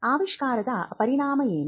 ಆವಿಷ್ಕಾರದ ಪರಿಣಾಮ ಏನು